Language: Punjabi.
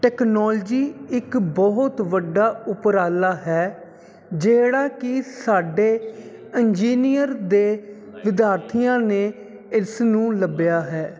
ਟੈਕਨੋਲਜੀ ਇੱਕ ਬਹੁਤ ਵੱਡਾ ਉਪਰਾਲਾ ਹੈ ਜਿਹੜਾ ਕਿ ਸਾਡੇ ਇੰਜੀਨੀਅਰ ਦੇ ਵਿਦਿਆਰਥੀਆਂ ਨੇ ਇਸ ਨੂੰ ਲੱਭਿਆ ਹੈ